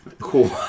Cool